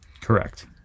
Correct